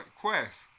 Quest